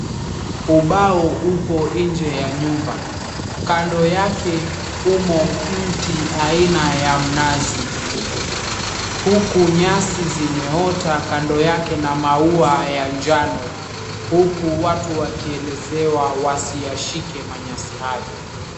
Ubao upo nje ya nyumba, kando yake umo mti aina ya mnazi huku nyasi zimeota kando yake na maua ya njano huku watu wakielezewa wasi ya shike manyasi hayo.